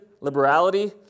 liberality